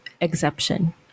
exception